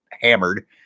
hammered